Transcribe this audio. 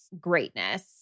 greatness